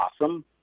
awesome